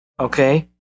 Okay